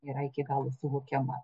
yra iki galo suvokiama